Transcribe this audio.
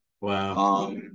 Wow